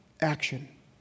action